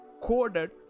coded